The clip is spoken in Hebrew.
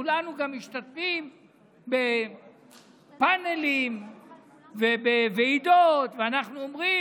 כולנו גם משתתפים בפנלים ובוועידות ואנחנו אומרים,